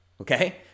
Okay